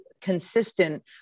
consistent